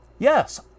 Yes